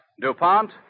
DuPont